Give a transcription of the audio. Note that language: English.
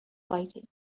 fighting